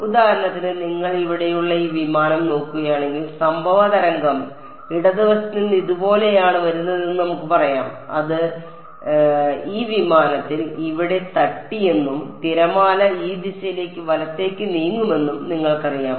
ഉദാഹരണത്തിന് നിങ്ങൾ ഇവിടെയുള്ള ഈ വിമാനം നോക്കുകയാണെങ്കിൽ സംഭവ തരംഗം ഇടതുവശത്ത് നിന്ന് ഇതുപോലെയാണ് വരുന്നതെന്ന് നമുക്ക് പറയാം അത് ഈ വിമാനത്തിൽ ഇവിടെ തട്ടിയെന്നും തിരമാല ഈ ദിശയിലേക്ക് വലത്തേക്ക് നീങ്ങുമെന്നും നിങ്ങൾക്കറിയാം